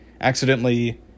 accidentally